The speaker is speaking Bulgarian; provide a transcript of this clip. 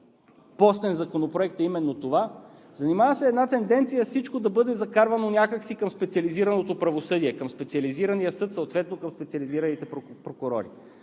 постен законопроект е именно това – наблюдава се една тенденция всичко да бъде закарвано някак си към специализираното правосъдие, към специализирания съд, съответно към специализираните прокурори.